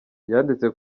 yanditse